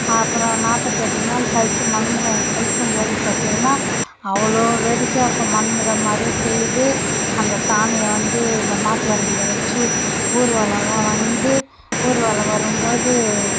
அப்புறம் நாற்பத்தி எட்டு நாள் கழிச்சு மன்மதன கொளுத்தும் போது பார்த்தீங்கன்னா அவ்வளோ வேடிக்கையாக இருக்கும் மன்மதன் மாதிரியே செய்து அந்த சாமி வந்து இந்த மாட்டுவண்டியில் வச்சு ஊர்வலமெலாம் வந்து ஊர்வலம் வரும் போது